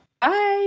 Bye